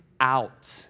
out